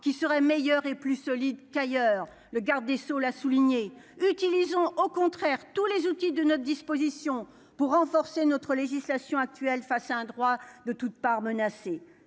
qui serait meilleur et plus solide qu'ailleurs, le garde des sceaux l'a souligné utilisons au contraire tous les outils de notre disposition pour renforcer notre législation actuelle face à un droit de toute part menacé